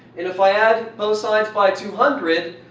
if i add both sides by two hundred,